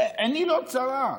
ועיני לא צרה.